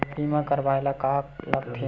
बीमा करवाय ला का का लगथे?